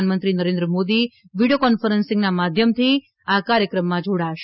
પ્રધાનમંત્રી Narendra Modi video conferencing માધ્યમથી આ કાર્યક્રમમાં જોડાશે